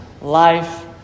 life